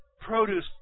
produce